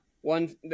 one